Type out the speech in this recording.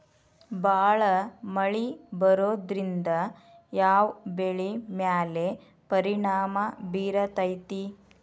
ಭಾಳ ಮಳಿ ಬರೋದ್ರಿಂದ ಯಾವ್ ಬೆಳಿ ಮ್ಯಾಲ್ ಪರಿಣಾಮ ಬಿರತೇತಿ?